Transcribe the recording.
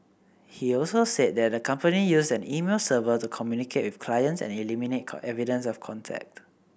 he also said that the company used an email server to communicate with clients and eliminate evidence of contact